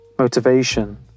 Motivation